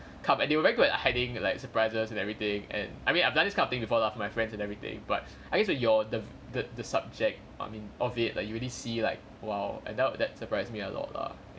come and they were very good at hiding like surprises and everything and I mean I've done this kind of thing before lah with all of my friends and everything but I guess when you're the the the subject I mean of it like you really see like !wow! and that was like surprise me a lot lah